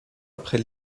après